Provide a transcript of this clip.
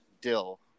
Dill